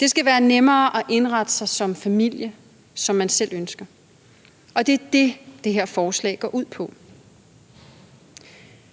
Det skal være nemmere at indrette sig som familie, som man selv ønsker, og det er det, det her forslag går ud på.